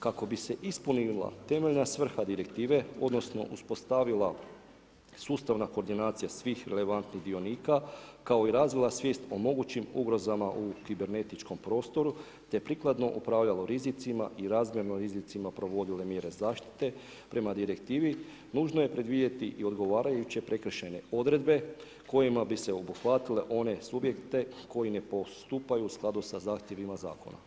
Kako bi se ispunila temeljna svrha direktive, odnosno, uspostavila sustavna koordinacija svih relevantnih dionika, kao i razvila svijest o mogućim ugrozama u kibernetičkom prostoru, te prikladno upravljalo rizicima i razmjerno rizicima provodile mjere zaštite, prema direktivi nužno je predvidjeti i odgovarajuće prekršajne odredbe, kojima bi se obuhvatile one subjekte koje ne postupaju u skladu sa zahtjevima zakona.